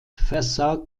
versah